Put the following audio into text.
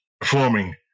performing